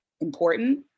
important